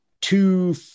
two